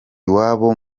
iwabo